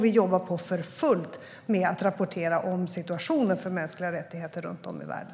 Vi jobbar på för fullt med att rapportera om situationen för mänskliga rättigheter runt om i världen.